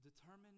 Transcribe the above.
Determine